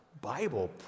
Bible